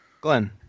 Glenn